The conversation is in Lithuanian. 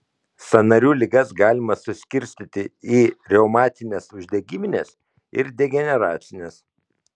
sąnarių ligas galima suskirstyti į reumatines uždegimines ir degeneracines